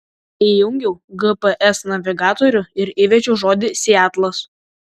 įjungiau gps navigatorių ir įvedžiau žodį sietlas